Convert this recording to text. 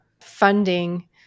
funding